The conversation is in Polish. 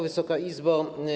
Wysoka Izbo!